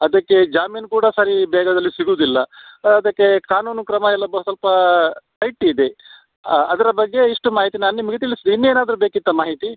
ಅದಕ್ಕೆ ಜಾಮೀನು ಕೂಡ ಸರಿ ಬೇಗದಲ್ಲಿ ಸಿಗೋದಿಲ್ಲ ಅದಕ್ಕೆ ಕಾನೂನು ಕ್ರಮ ಎಲ್ಲ ಬ ಸ್ವಲ್ಪ ಟೈಟಿದೆ ಅದರ ಬಗ್ಗೆ ಇಷ್ಟು ಮಾಹಿತಿ ನಾನು ನಿಮಗೆ ತಿಳ್ಸಿದೆ ಇನ್ನೇನಾದರು ಬೇಕಿತ್ತಾ ಮಾಹಿತಿ